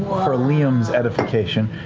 for liam's edification.